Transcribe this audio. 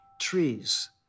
trees